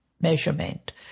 measurement